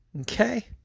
Okay